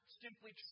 simply